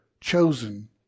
chosen